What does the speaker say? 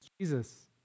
Jesus